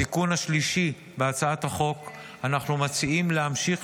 בתיקון השלישי בהצעת החוק אנחנו מציעים להמשיך